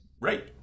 Right